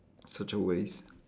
such a waste